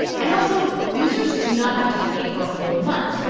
and also, users do not have to pay for a whole month.